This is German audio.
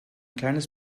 kleines